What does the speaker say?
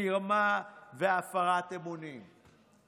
מרמה והפרת אמונים.